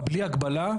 בלי הגבלה,